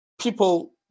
People